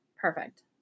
Perfect